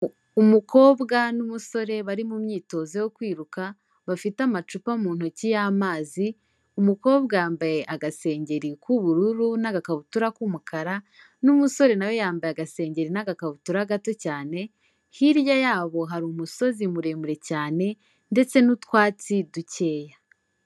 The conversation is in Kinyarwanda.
Umukobwa n'umusore bari mu myitozo yo kwiruka, bafite amacupa mu ntoki y'amazi, umukobwa yambaye agasengeri k'ubururu n'agakabutura k'umukara, n'umusore nawe yambaye agasengeri n'agakabutura gato cyane, hirya yabo hari umusozi muremure cyane, ndetse n'utwatsi dukeya.